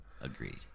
Agreed